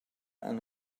and